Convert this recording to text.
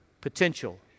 potential